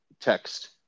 text